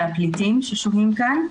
כאן.